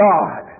God